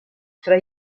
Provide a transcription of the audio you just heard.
fra